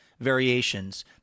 variations